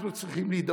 אנחנו צריכים לדאוג